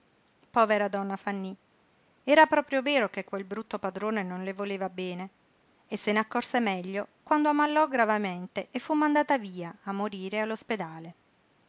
povera donna fanny era proprio vero che quel brutto padrone non le voleva bene e se n'accorse meglio quando ammalò gravemente e fu mandata via a morire